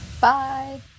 Bye